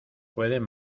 pueden